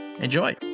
Enjoy